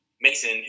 Mason